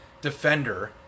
Defender